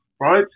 right